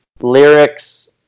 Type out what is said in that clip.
lyrics